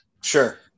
Sure